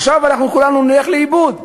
עכשיו כולנו נלך לאיבוד.